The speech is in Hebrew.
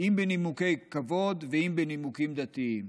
אם בנימוקי כבוד ואם בנימוקים דתיים.